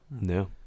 No